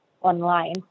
online